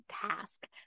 task